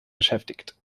beschäftigt